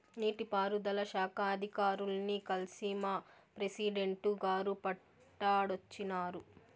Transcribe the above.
నీటి పారుదల శాఖ అధికారుల్ని కల్సి మా ప్రెసిడెంటు గారు మాట్టాడోచ్చినారు